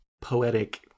poetic